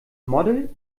model